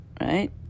right